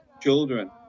children